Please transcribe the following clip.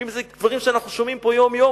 אם זה דברים שאנחנו שומעים פה יום-יום,